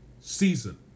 season